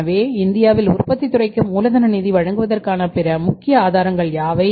எனவே இந்தியாவில் உற்பத்தித் துறைக்கு மூலதன நிதி வழங்குவதற்கான பிற முக்கிய ஆதாரங்கள் யாவை